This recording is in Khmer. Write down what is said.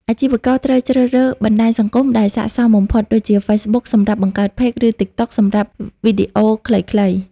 អាជីវករត្រូវជ្រើសរើសបណ្ដាញសង្គមដែលស័ក្តិសមបំផុត ដូចជា ហ្វេសប៊ុក សម្រាប់បង្កើតផេក ឬ ទីកតុក សម្រាប់វីដេអូខ្លីៗ។